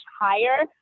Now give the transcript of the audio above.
higher